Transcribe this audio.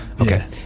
Okay